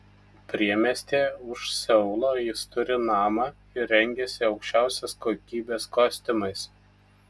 priemiestyje už seulo jis turi namą ir rengiasi aukščiausios kokybės kostiumais